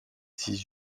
dix